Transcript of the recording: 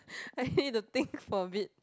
I need to think for a bit